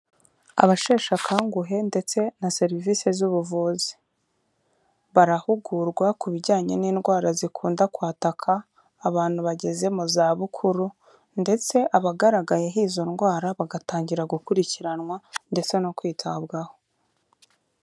Abasheshe akanguhe ndetse na serivisi z'ubuvuzi, barahugurwa ku bijyanye n'indwara zikunda kwataka abantu bageze mu zabukuru ndetse abagaragayeho izo ndwara, bagatangira gukurikiranwa ndetse no kwitabwaho.